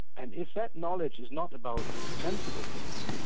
and if that knowledge is not about sensible things,